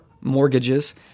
mortgages